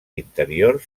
interior